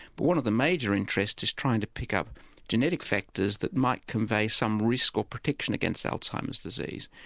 but one of the major interest is trying to pick up genetic factors that might convey some risk or protection against alzheimer's disease.